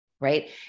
Right